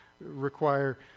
require